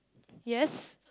yes